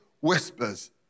whispers